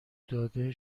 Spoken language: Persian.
داده